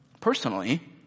personally